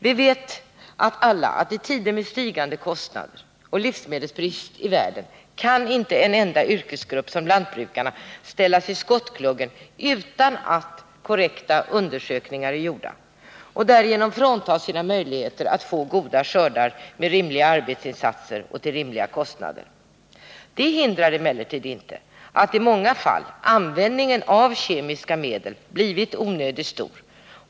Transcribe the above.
Vi vet alla att i tider med stigande kostnader och livsmedelsbrist i världen kan inte en enda yrkesgrupp, i detta fall lantbrukarna, ställas i skottgluggen — utan att ordentliga undersökningar är utförda — och därigenom fråntas sina möjligheter att få goda skördar med rimliga arbetsinsatser och till rimliga kostnader. Det hindrar emellertid inte att användningen av kemiska medel i många fall blivit onödigt stor.